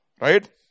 right